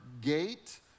gate